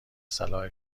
صلاح